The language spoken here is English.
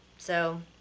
so.